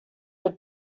had